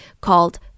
called